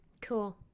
cool